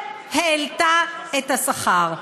והעלתה את השכר.